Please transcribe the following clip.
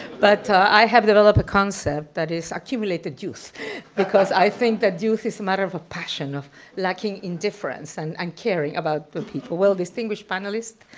but i have developed a concept that is accumulated youth because i think that youth is a matter of of passion, of lacking indifference and and caring about the people. well, distinguished panelists,